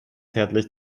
herzlich